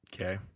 Okay